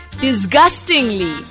disgustingly